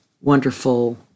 wonderful